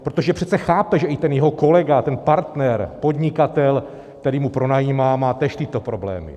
Protože přece chápe, že i ten jeho kolega, ten partner, podnikatel, který mu pronajímá, má též tyto problémy.